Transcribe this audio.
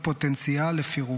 היא פוטנציאל לפירוק.